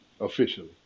officially